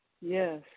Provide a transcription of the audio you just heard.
Yes